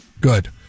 Good